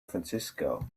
francisco